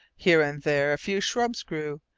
here and there a few shrubs grew,